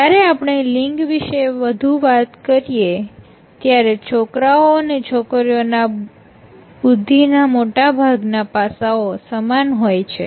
જ્યારે આપણે લિંગ વિશે વધુ વાત કરીએ ત્યારે છોકરાઓ અને છોકરીઓના બુદ્ધિના મોટાભાગના પાસાઓ સમાન હોય છે